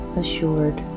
assured